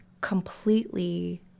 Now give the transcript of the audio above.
completely